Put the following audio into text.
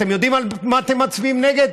אתם יודעים על מה אתם מצביעים נגד?